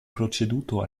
proceduto